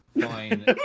Fine